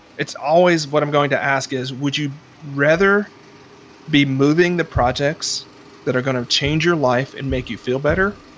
it's always what i'm going to ask is would you rather be moving the projects that are going to change your life and make you feel better,